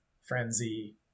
frenzy